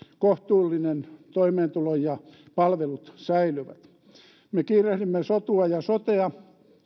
kohtuullinen toimeentulo ja palvelut säilyvät me kiirehdimme sotua ja sotea